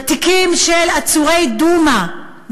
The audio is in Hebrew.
בתיקים של עצורי דומא,